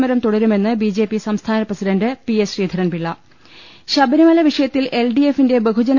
മരം തുടരുമെന്ന് BJP സംസ്ഥാന president P S Sreedharan Pillai Sabarimala വിഷയത്തിൽ എൽ ഡി എഫിന്റെ ബഹുജന